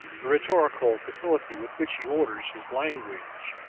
the rhetorical facility with which he orders his language,